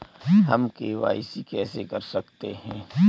हम के.वाई.सी कैसे कर सकते हैं?